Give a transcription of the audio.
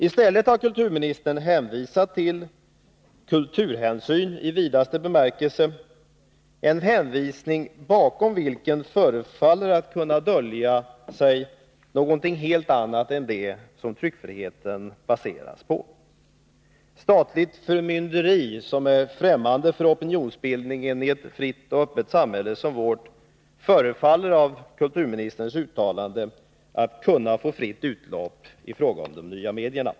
I stället har kulturministern hänvisat till kulturhänsyn i vidaste bemärkelse, en hänvisning bakom vilken förefaller kunna dölja sig någonting helt annat än det som tryckfriheten baseras på. Statligt förmynderi, som är främmande för opinionsbildningen i ett fritt och öppet samhälle som vårt, tycks av kulturministerns uttalande kunna få fritt utlopp i fråga om de nya medierna.